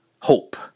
hope